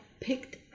picked